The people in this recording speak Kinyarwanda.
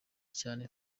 cyane